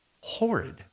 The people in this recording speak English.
horrid